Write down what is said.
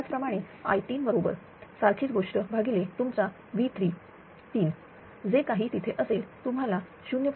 त्याच प्रमाणे i3 बरोबर सारखीच गोष्ट भागिले तुमचा V3 जे काही तिथे असेल तुम्हाला 0